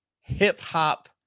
hip-hop